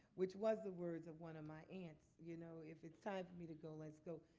which was the words of one of my aunts. you know, if it's time for me to go, let's go.